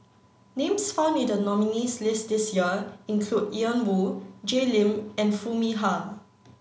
names found in the nominees' list this year include Ian Woo Jay Lim and Foo Mee Har